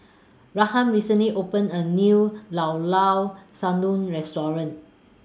Ruthann recently opened A New Llao Llao Sanum Restaurant